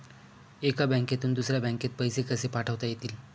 एका बँकेतून दुसऱ्या बँकेत पैसे कसे पाठवता येतील?